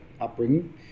upbringing